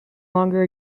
longer